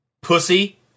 Pussy